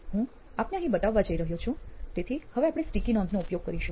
હું આપને અહીં બતાવવા જઈ રહ્યો છું તેથી આપણે હવે સ્ટીકી નોંધનો ઉપયોગ કરીશું